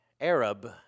Arab